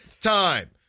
time